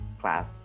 class